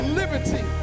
liberty